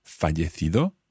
fallecido